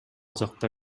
жакта